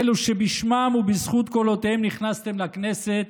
אלו שבשמם ובזכות קולותיהם נכנסתם לכנסת,